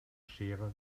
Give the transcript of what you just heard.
scherer